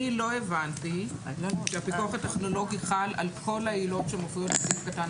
אני לא הבנתי שהפיקוח הטכנולוגי חל על כל העילות שמופיעות בסעיף קטן